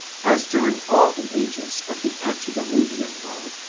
as during all the ages of the antediluvian world,